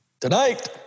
Tonight